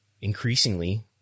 Increasingly